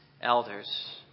elders